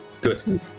Good